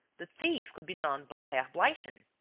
the thief could be none but herr bleichen.